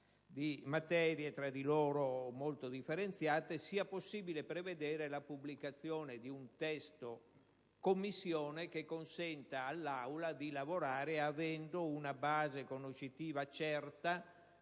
di materie tra loro molto differenziate, sia possibile prevedere la pubblicazione di un testo Commissione del provvedimento che consenta all'Assemblea di lavorare avendo una base conoscitiva certa